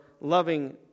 loving